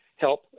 help